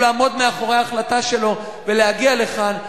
לעמוד מאחורי ההחלטה שלו ולהגיע לכאן.